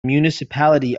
municipality